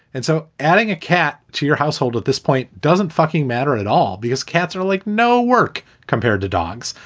and so adding a cat to your household at this point doesn't fucking matter at all because cats are like no work compared to dogs.